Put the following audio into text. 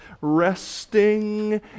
resting